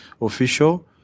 official